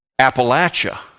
Appalachia